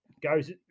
goes